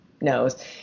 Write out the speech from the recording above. knows